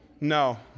No